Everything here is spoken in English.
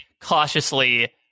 cautiously